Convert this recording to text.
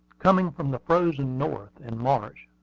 coming from the frozen north in march,